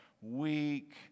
weak